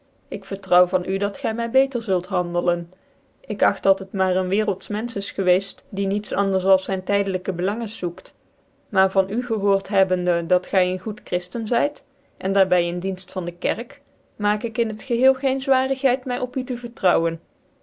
ik vertrouw van u dat gy my beter zult handelen ik agt dat het maar een wccrclds menfeh gewceft is die niet anders als zyn tydelijkc belangens zoekt maar van u gehoord hebbende dat gy een goed chriften zyt en daar by in dienft van de kerk maak ik in het geheel geen zwarigheid my op u te vertrouwen